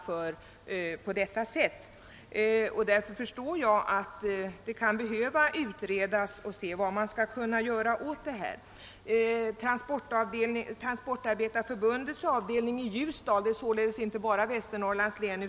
Jag inser därför att man behöver företa en utredning för att komma fram till en lösning av detta problem. Det är ett problem inte bara för Västernorrlands län.